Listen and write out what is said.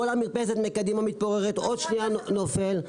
כל המרפסת קדימה מתפוררת ועוד שנייה נופלת.